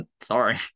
Sorry